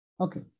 Okay